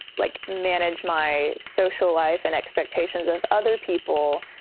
like, manage my social life and expectations of other people.